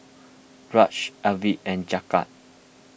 Raj Arvind and Jagat